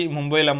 Mumbai